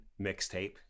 Mixtape